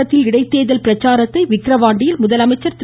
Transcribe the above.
தமிழகத்தில் இடைத்தேர்தல் பிரச்சாரத்தை விக்கிரவாண்டியில் முதலமைச்சர் திரு